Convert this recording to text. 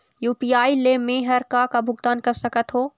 UPI ले मे हर का का भुगतान कर सकत हो?